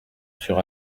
sur